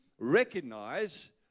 recognize